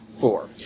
four